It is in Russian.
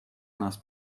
нас